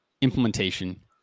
implementation